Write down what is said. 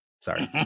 sorry